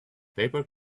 paper